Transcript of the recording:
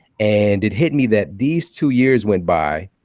and it hit me that these two years went by,